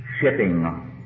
shipping